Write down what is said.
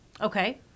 Okay